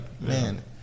man